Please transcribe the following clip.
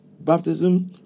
baptism